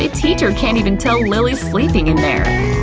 ah teacher can't even tell lily's sleeping in there!